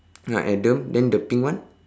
ah adam then the pink one